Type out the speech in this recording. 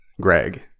Greg